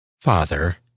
Father